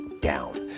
down